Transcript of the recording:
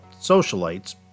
socialites